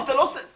זה לא פיילוט.